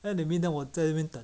then in the meantime 我在这边等